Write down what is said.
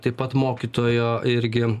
taip pat mokytojo irgi